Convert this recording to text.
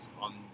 on